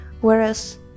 whereas